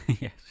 Yes